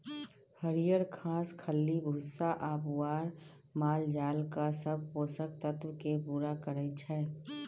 हरियर घास, खल्ली भुस्सा आ पुआर मालजालक सब पोषक तत्व केँ पुरा करय छै